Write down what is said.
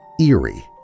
eerie